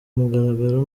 mugaragaro